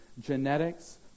genetics